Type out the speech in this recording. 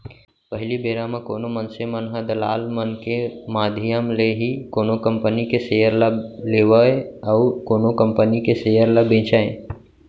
पहिली बेरा म कोनो मनसे मन ह दलाल मन के माधियम ले ही कोनो कंपनी के सेयर ल लेवय अउ कोनो कंपनी के सेयर ल बेंचय